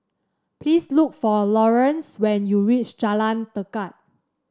please look for Lawerence when you reach Jalan Tekad